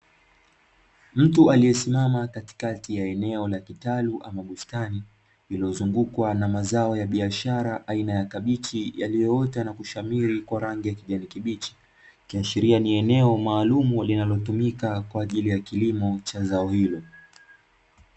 Mtu aliyesimama katikati ya eneo la kitalu ama bustani iliuozungukwa na mazao ya biashara aina ya kabichi yaliyoota na kushamiri kwa rangi ya kijani kibichi ikiashiria ni eneo maalumu linalotumika kwa ajili ya kilimo cha zao hilo.